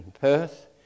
Perth